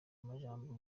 majambo